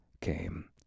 came